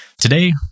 Today